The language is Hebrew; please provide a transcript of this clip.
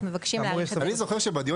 אנחנו מבקשים להאריך את זה --- אני זוכר שבדיון